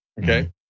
Okay